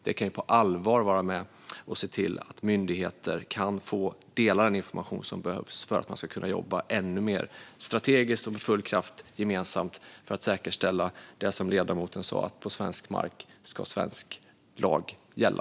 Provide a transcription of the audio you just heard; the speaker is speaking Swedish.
Då kan vi på allvar se till att myndigheter kan dela den information som behövs för att de gemensamt ska kunna jobba mer strategiskt och med full kraft för att säkerställa det som ledamoten sa om att på svensk mark ska svensk lag gälla.